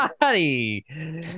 body